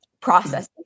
processing